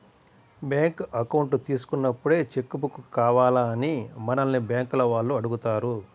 bank account తీసుకున్నప్పుడే cheque book కావాలా అని మనల్ని బ్యేంకుల వాళ్ళు అడుగుతారు